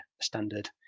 standard